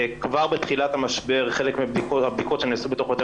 כבר בתחילת המשבר חלק מהבדיקות שנעשו בתוך בתי